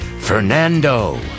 Fernando